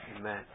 Amen